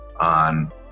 on